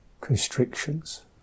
constrictions